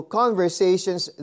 conversations